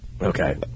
Okay